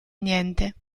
niente